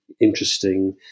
interesting